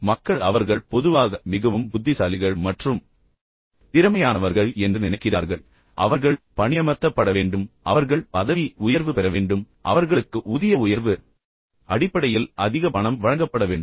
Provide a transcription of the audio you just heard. மக்கள் அவர்கள் பொதுவாக மிகவும் புத்திசாலிகள் மற்றும் திறமையானவர்கள் என்று நினைக்கிறார்கள் எனவே அவர்கள் பணியமர்த்தப்பட வேண்டும் அவர்கள் விரைவாக பதவி உயர்வு பெற வேண்டும் எனவே அவர்களுக்கு ஊதிய உயர்வு அடிப்படையில் அதிக பணம் வழங்கப்பட வேண்டும்